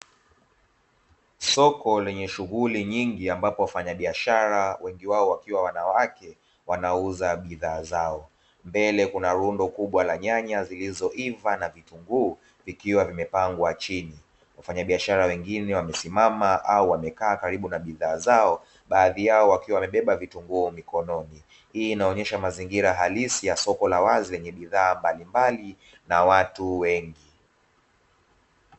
Soko lenye shughuli nyingi ambapo wafanyabiashara wengi wao wakiwa wanawake wanaouza bidhaa zao, mbele kuna lundo kubwa la nyanya zilizoiva na vitunguu vikiwa vimepangwa chini wafanyabiashara wengine wamesimama au wamekaa karibu na bidhaa zao baadhi yao wakiwa wamebeba vitunguu mikononi, hii inaonyesha mazingira halisi ya soko la wazi lenye bidhaa mbalimbali na watu wengi.